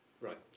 Right